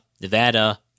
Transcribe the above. Nevada